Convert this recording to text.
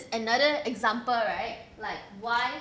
another example right like why